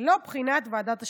ללא בחינת ועדת השחרורים.